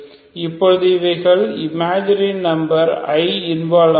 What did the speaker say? இப்போது இவைகளில் இந்த இமாஜினரி நம்பர் i இன்வால்வ் ஆகிறது